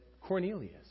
Cornelius